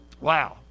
Wow